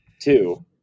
two